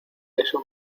eso